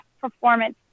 performance